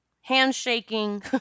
handshaking